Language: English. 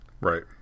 Right